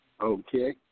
Okay